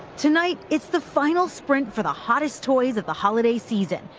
tonight it's the final sprint for the hottest toys of the holiday season,